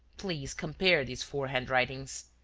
please compare these four handwritings.